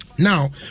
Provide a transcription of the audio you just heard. Now